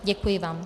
Děkuji vám.